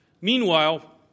Meanwhile